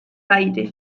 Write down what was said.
aires